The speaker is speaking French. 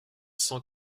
cent